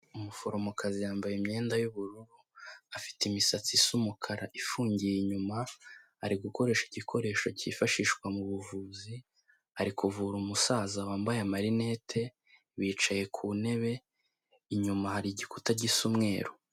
Umuforomokazi yambaye imyenda yubururu, afite imisatsi isa umukara ifungiye inyuma, ari gukoresha igikoresho cyifashishwa mu buvuzi, ari kuvura umusaza wambaye marinete, bicaye ku ntebe, inyuma hari igikuta gisa umweruru.